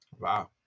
Wow